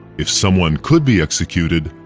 if someone could be executed,